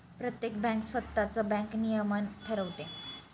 प्रत्येक बँक स्वतःच बँक नियमन ठरवते